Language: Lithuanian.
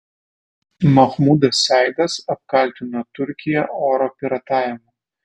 mahmudas saidas apkaltino turkiją oro piratavimu